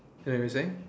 ya you saying